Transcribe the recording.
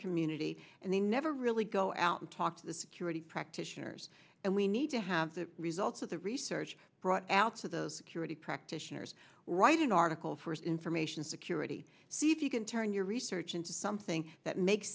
community and they never really go out and talk to the security practitioners and we need to have the results of the research brought out so those security practitioners write an article for information security see if you can turn your research into something that makes